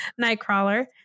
Nightcrawler